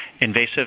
invasive